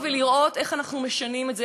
אנחנו צריכים לבוא ולראות איך אנחנו משנים את זה.